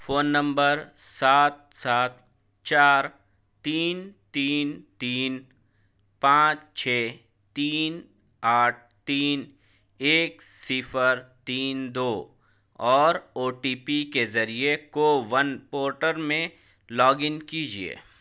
phone نمبر سات سات چار تین تین تین پانچ چھ تین آٹھ تین ایک صفر تین دو اور او ٹی پی کے ذریعے کوون پورٹل میں لاگ ان کیجیے